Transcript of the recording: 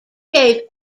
gave